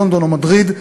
לונדון או מדריד,